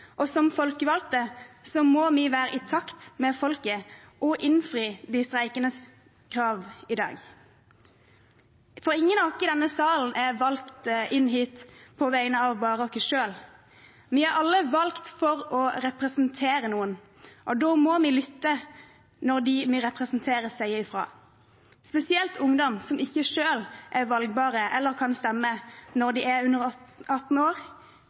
og som folkevalgte må vi være i takt med folket og innfri de streikendes krav i dag. Ingen av oss i denne salen er valgt inn hit på vegne av bare oss selv. Vi er alle valgt for å representere noen, og da må vi lytte når de vi representerer, sier ifra. Spesielt ungdom som ikke selv er valgbare eller kan stemme når de er under 18 år,